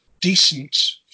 decent